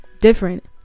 different